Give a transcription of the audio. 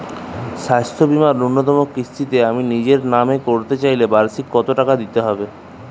স্বাস্থ্য বীমার ন্যুনতম কিস্তিতে আমি নিজের নামে করতে চাইলে বার্ষিক কত টাকা দিতে হবে?